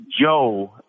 Joe